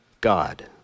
God